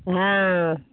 हँ